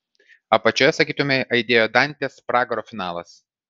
apačioje sakytumei aidėjo dantės pragaro finalas